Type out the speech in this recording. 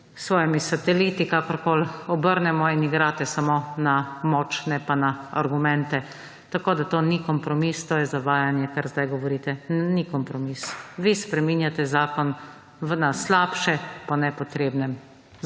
svojimi sateliti, kakorkoli obrnemo, in igrate samo na moč ne pa na argumente. Tako, da to ni kompromis, to je zavajanje, kar zdaj govorite. Ni kompromis. Vi spreminjate zakon na slabše po nepotrebnem